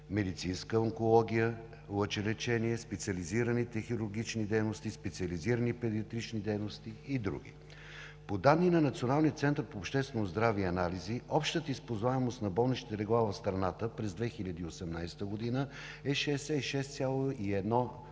медицинска онкология, лъчелечение, специализираните хирургични дейности, специализирани педиатрични дейности и други. По данни на Националния център по обществено здраве и анализи общата използваемост на болничните легла в страната през 2018 г. е 66,1%,